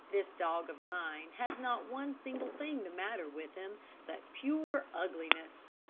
this dog of mine has not one single thing the matter with him but pure ugliness.